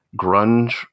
grunge